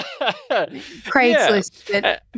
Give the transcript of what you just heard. Craigslist